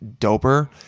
doper